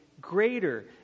greater